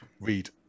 read